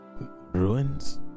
Ruins